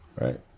right